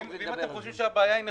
אם אתם חושבים שהבעיה היא נכונה,